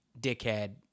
dickhead